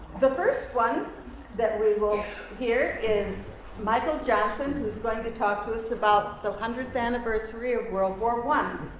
the first one that we will hear is michael johnson, who is going to talk to us about the one hundredth anniversary of world war one.